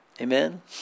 Amen